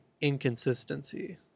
inconsistency